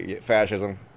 Fascism